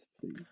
please